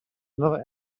another